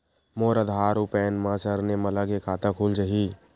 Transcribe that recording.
मोर आधार आऊ पैन मा सरनेम अलग हे खाता खुल जहीं?